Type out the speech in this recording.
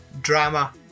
drama